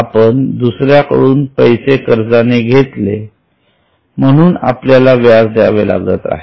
आपण दुसऱ्या कडून पैसे कर्जाने घेतले म्हणून आपल्याला व्याज द्यावे लागत आहे